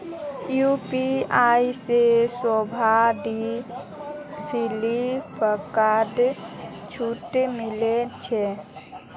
UPI से शोभा दी फिलिपकार्टत छूट मिले छे